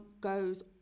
goes